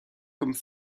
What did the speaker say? comme